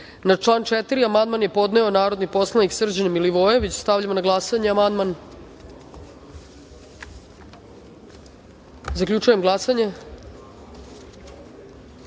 član 5. amandman je podneo narodni poslanik Srđan Milivojević. Stavljam na glasanje amandman. Zaključujem glasanje: